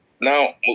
Now